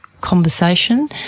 conversation